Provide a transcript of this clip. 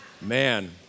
Man